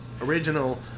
original